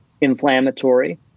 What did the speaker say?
inflammatory